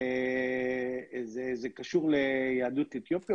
זה קשור ליהדות אתיופיה,